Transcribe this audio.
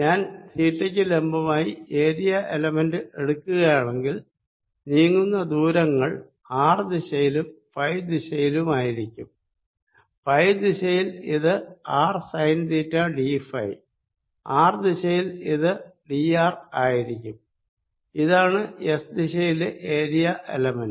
ഞ തീറ്റക്ക് ലംബമായി ഏരിയ എലമെന്റ് എടുക്കുകയാണെങ്കിൽ നീങ്ങുന്ന ദൂരങ്ങൾ ആർ ദിശയിലും ഫൈ ദിശയിലുമായിരിക്കും ഫൈ ദിശയിൽ ഇത് R sine theta D phi R ദിശയിൽ ഇത് ഡി ആർ ആയിരിക്കുംഇതാണ് എസ് ദിശയിലെ ഏരിയ എലമെന്റ്